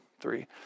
three